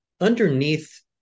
Underneath